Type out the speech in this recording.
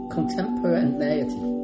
Contemporaneity